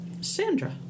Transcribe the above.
Sandra